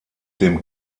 dem